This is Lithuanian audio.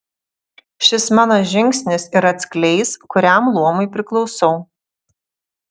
šis mano žingsnis ir atskleis kuriam luomui priklausau